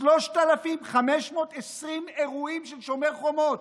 3,520 אירועים, שומר חומות,